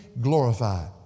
glorified